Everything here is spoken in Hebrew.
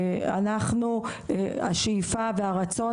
השאיפה והרצון,